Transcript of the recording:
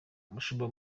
umushumba